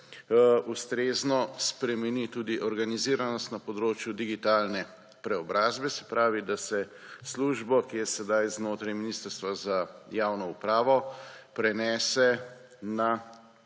ustrezno spremeni tudi organiziranost na področju digitalne preobrazbe, se pravi, da se službo, ki je sedaj znotraj Ministrstva za javno upravo, prenese na